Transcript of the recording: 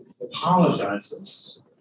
apologizes